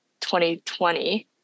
2020